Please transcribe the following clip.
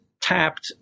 tapped